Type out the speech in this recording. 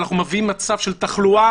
אנחנו מביאים מצב של תחלואה,